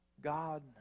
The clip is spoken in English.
God